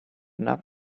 enough